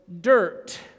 dirt